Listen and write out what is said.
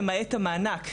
למעט המענק,